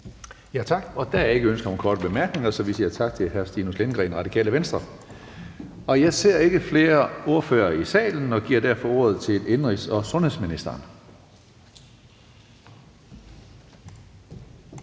Hønge): Der er ikke ønske om korte bemærkninger. Så vi siger tak til hr. Stinus Lindgreen, Radikale Venstre. Jeg ser ikke flere ordførere i salen og giver derfor ordet til indenrigs- og sundhedsministeren.